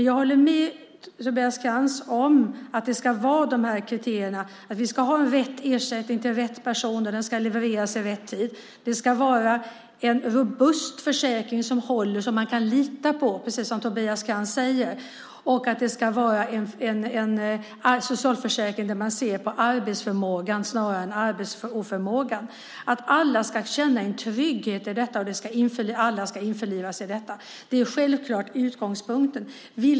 Jag håller med Tobias Krantz om att det ska vara de här kriterierna, att vi ska ha rätt ersättning till rätt person, och den ska levereras i rätt tid. Det ska vara en robust försäkring som håller, som man kan lita på, precis som Tobias Krantz säger. Det ska vara en socialförsäkring där man ser på arbetsförmågan snarare än arbetsoförmågan. Alla ska känna en trygghet i detta, och alla ska införlivas i detta. Det är självklart utgångspunkten.